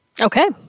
Okay